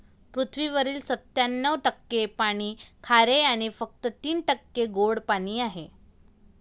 पृथ्वीवरील सत्त्याण्णव टक्के पाणी खारे आणि फक्त तीन टक्के गोडे पाणी आहे